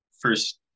first